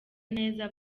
neza